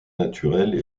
naturelle